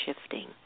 shifting